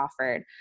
offered